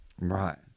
Right